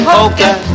Poker